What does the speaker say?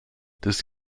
des